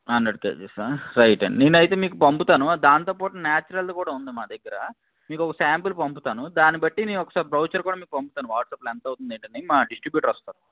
hundred కేజీసా right అండి నేను అయితే మీకు పంపుతాను దాంతో పాటు నేచురల్ది కూడా ఉంది మా దగ్గర మీకు ఒక శాంపుల్ పంపుతాను దాన్నిబట్టి నేను ఒకసారి బౌచర్ కూడా పంపుతాను మీకు వాట్సాప్ లో ఎంత అవుతుంది ఏంటి అని మా డిస్ట్రిబ్యూటర్ వస్తారు